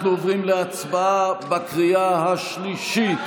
אנחנו עוברים להצבעה בקריאה השלישית